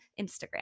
Instagram